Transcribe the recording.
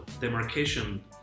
demarcation